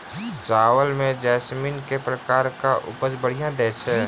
चावल म जैसमिन केँ प्रकार कऽ उपज बढ़िया दैय छै?